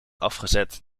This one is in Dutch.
afgezet